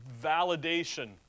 validation